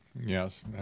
Yes